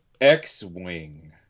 x-wing